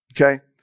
Okay